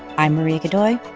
i'm maria godoy.